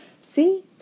See